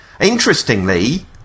interestingly